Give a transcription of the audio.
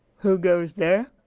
who goes there?